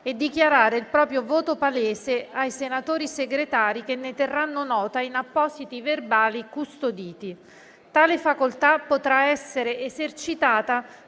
e dichiarare il proprio voto palese ai senatori Segretari che ne terranno nota in appositi verbali custoditi. Tale facoltà potrà essere esercitata